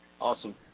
awesome